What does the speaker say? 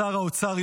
שר האוצר,